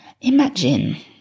Imagine